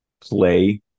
play